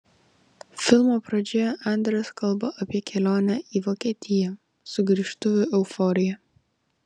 filmo pradžioje andres kalba apie kelionę į vokietiją sugrįžtuvių euforiją